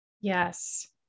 Yes